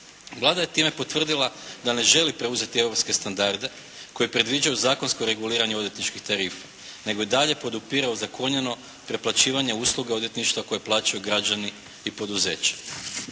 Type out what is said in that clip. Vlada je time potvrdila da ne želi preuzeti europske standarde koji predviđaju zakonsko reguliranje odvjetničkih tarifa nego i dalje podupire ozakonjeno preplaćivanje usluge odvjetništva koje plaćaju građani i poduzeća.